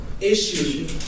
issue